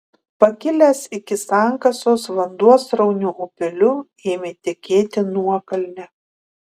pakilęs iki sankasos vanduo srauniu upeliu ėmė tekėti nuokalne